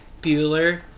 Bueller